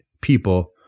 people